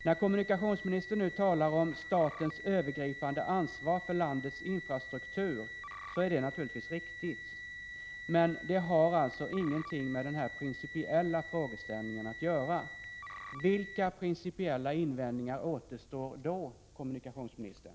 När kommunikationsministern nu talar om ”statens övergripande ansvar för ——— landets infrastruktur” är det naturligtvis riktigt, men det har alltså ingenting med den här principiella frågeställningen att göra. Vilka principiella invändningar återstår då, kommunikationsministern?